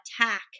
attack